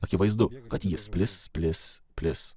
akivaizdu kad jis plis plis plis